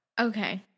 okay